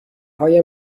های